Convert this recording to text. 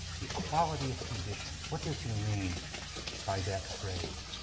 the equality of conditions. what does he mean by that phrase?